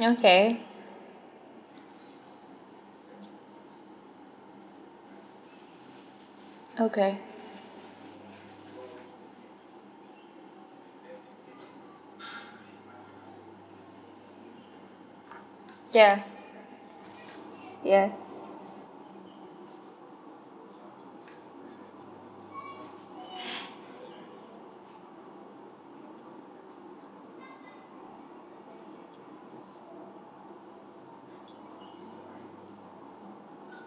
okay okay yeah ya